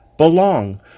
belong